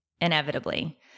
Inevitably